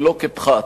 ולא כפחת.